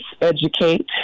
educate